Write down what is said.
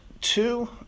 two